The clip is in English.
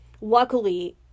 Luckily